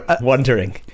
wondering